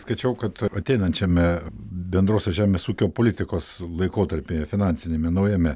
skaičiau kad ateinančiame bendrosios žemės ūkio politikos laikotarpyje finansiniame naujame